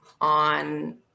on